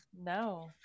No